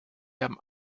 haben